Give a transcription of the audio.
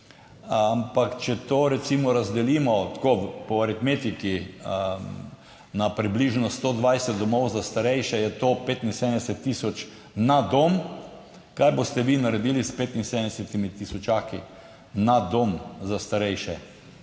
ampak če to recimo razdelimo tako po aritmetiki, na približno 120 domov za starejše, je to 75000 na dom. Kaj boste vi naredili s 75000 na dom za starejše?